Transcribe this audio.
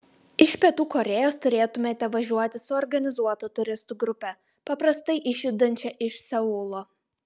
iš pietų korėjos turėtumėte važiuoti su organizuota turistų grupe paprastai išjudančia iš seulo